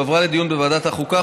הועברה לדיון בוועדת החוקה,